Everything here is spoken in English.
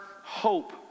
hope